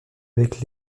avec